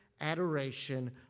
adoration